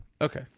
Okay